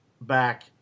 back